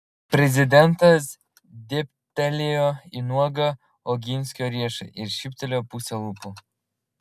prezidentas dėbtelėjo į nuogą oginskio riešą ir šyptelėjo puse lūpų